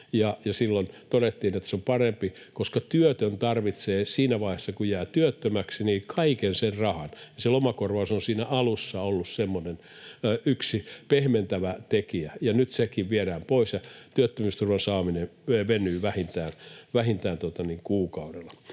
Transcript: silloin todettiin, että se on parempi, koska työtön tarvitsee siinä vaiheessa, kun jää työttömäksi, kaiken sen rahan. Se lomakorvaus on siinä alussa ollut yksi semmoinen pehmentävä tekijä, ja nyt sekin viedään pois, ja työttömyysturvan saaminen venyy vähintään kuukaudella.